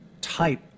type